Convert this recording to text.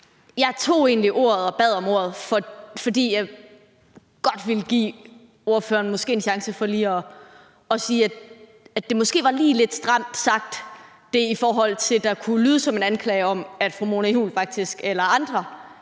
Jeg bad egentlig om ordet, fordi jeg godt ville give ordføreren en chance for lige at sige, at det måske lige var lidt stram sagt, hvad der kunne lyde som en anklage om, at fru Mona Juul eller andre